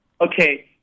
Okay